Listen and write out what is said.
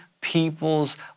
people's